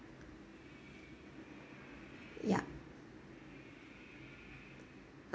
yup